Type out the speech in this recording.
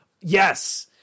Yes